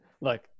Look